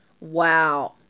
Wow